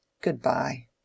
Good-bye